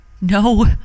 No